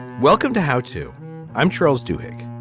welcome to how to i'm charles dudek.